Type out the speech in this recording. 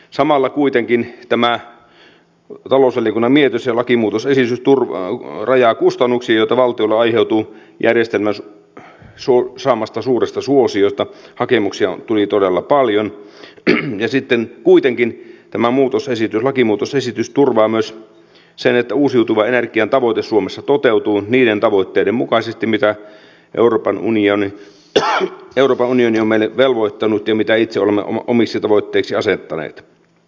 samalla kuitenkin tämä talousvaliokunnan mietintö ja lakimuutosesitys rajaa kustannuksia joita valtiolle aiheutuu järjestelmän saamasta suuresta suosiosta hakemuksia tuli todella paljon ja sitten kuitenkin tämä lakimuutosesitys turvaa myös sen että uusiutuvan energian tavoite suomessa toteutuu niiden tavoitteiden mukaisesti mitä euroopan unioni on meille velvoittanut ja mitä itse olemme omiksi tavoitteiksi asettaneet